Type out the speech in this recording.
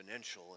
exponential